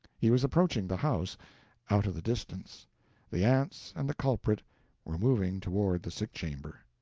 he was approaching the house out of the distance the aunts and the culprit were moving toward the sick-chamber.